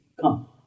come